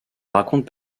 raconte